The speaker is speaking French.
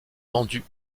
vendus